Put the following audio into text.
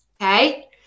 okay